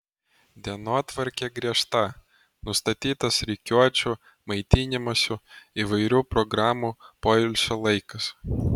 dienotvarkė griežta nustatytas rikiuočių maitinimosi įvairių programų poilsio laikas